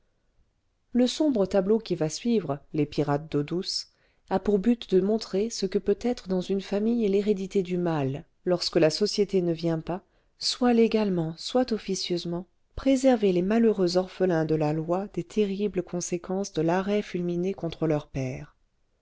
le sombre tableau qui va suivre les pirates d'eau douce a pour but de montrer ce que peut être dans une famille l'hérédité du mal lorsque la société ne vient pas soit légalement soit officieusement préserver les malheureux orphelins de la loi des terribles conséquences de l'arrêt fulminé contre leur père